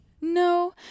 No